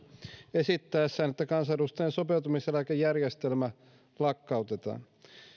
esittäessään että kansanedustajan sopeutumiseläkejärjestelmä lakkautetaan